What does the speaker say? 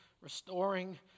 restoring